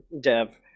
dev